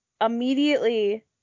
immediately